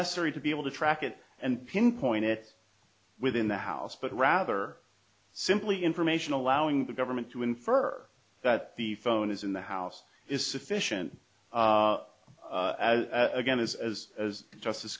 necessary to be able to track it and pinpoint it within the house but rather simply information allowing the government to infer that the phone is in the house is sufficient as again as as as justice